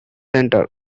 center